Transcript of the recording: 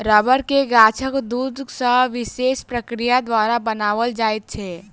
रबड़ के गाछक दूध सॅ विशेष प्रक्रिया द्वारा बनाओल जाइत छै